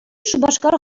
шупашкар